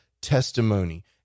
testimony